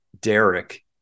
Derek